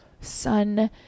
sun